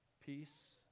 peace